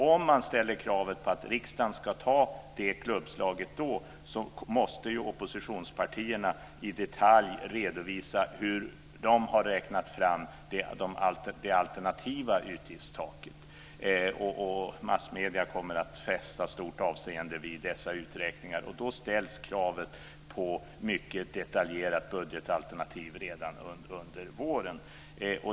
Om man ställer kravet på att riksdagen ska göra det klubbslaget på våren måste oppositionspartierna i detalj redovisa hur de har räknat fram det alternativa utgiftstaket. Massmedierna kommer att fästa stort avseende vid dessa uträkningar. Då ställs kravet på mycket detaljerat budgetalternativ redan under våren.